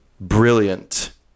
brilliant